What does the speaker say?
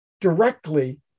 directly